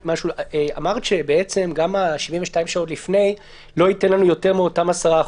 אמרת שבעצם גם 72 שעות לפני לא יתנו לנו יותר מאותם 10%,